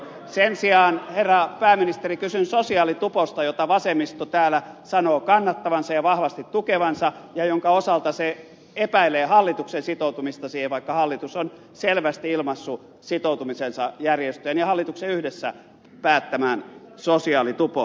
sen sijaan herra pääministeri kysyn sosiaalituposta jota vasemmisto täällä sanoo kannattavansa ja vahvasti tukevansa ja jonka osalta se epäilee hallituksen sitoutumista vaikka hallitus on selvästi ilmaissut sitoutumisensa järjestöjen ja hallituksen yhdessä päättämään sosiaalitupoon